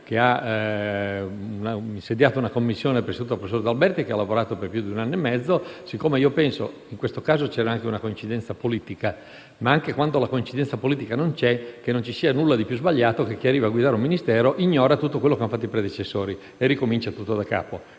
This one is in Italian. che aveva insediato una commissione presieduta dal professor D'Alberti, che ha lavorato per più di un anno e mezzo. In questo caso c'era anche una coincidenza politica, ma anche quando tale coincidenza politica non c'è, penso che non ci sia niente di più sbagliato nel fatto che chi arriva a guidare un Ministero ignori tutto quello che hanno fatto i predecessori e ricominci da capo.